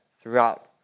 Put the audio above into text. throughout